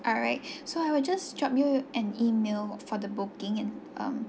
alright so I will just drop you an email for the booking and um